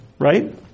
right